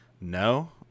no